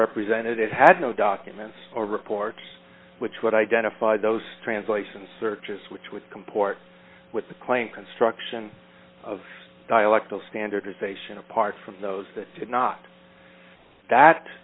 representatives had no documents or reports which would identify those translations searches which would comport with the claim construction of dialectal standardization apart from those that did not that